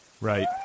Right